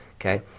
okay